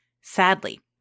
Sadly